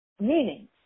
Meaning